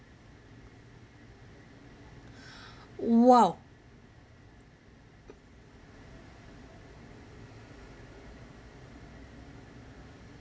!wow!